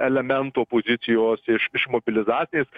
elemento pozicijos iš iš mobilizacinės